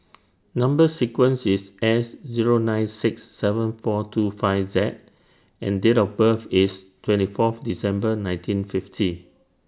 Number sequence IS S Zero nine six seven four two five Z and Date of birth IS twenty Fourth December nineteen fifty